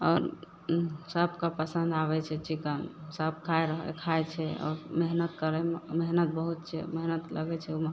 आओर सबके पसन्द आबय छै चिकन सब खाइ रहल खाइ छै आओर मेहनत करय मेहनत बहुत छै मेहनत लगय छै ओइमे